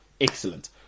excellent